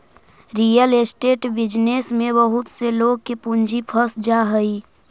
real estate business में बहुत से लोग के पूंजी फंस जा हई